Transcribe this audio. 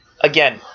again